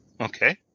Okay